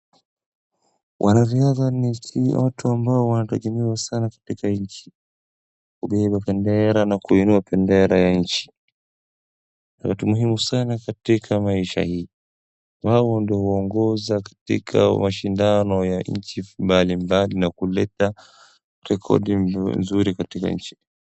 Wanariadha ni watu ambao wanategemea usawa katika nchi. Hubeba bendera na kuinua bendera ya nchi. Ni watu muhimu sana katika maisha haya. Wao ndio huongoza katika mashindano mbali mbali na kuleta rekodi mzuri katika nchi.